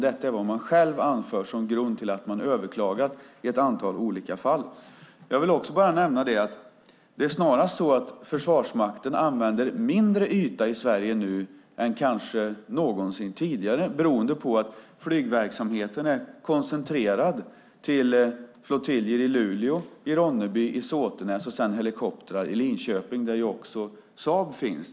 Detta är dock vad de själva anför som grund för att de överklagat i ett antal olika fall. Jag vill också bara nämna att det snarast är så att Försvarsmakten nu använder mindre yta i Sverige än kanske någonsin tidigare. Det beror på att flygverksamheten är koncentrerad till flottiljer i Luleå, Ronneby och Såtenäs och sedan helikoptrar i Linköping, där också Saab finns.